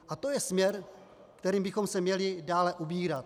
A to je směr, kterým bychom se měli dále ubírat.